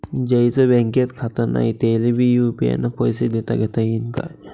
ज्याईचं बँकेत खातं नाय त्याईले बी यू.पी.आय न पैसे देताघेता येईन काय?